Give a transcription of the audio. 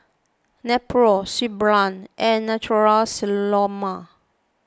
Nepro Suu Balm and Natura Stoma